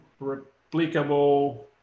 replicable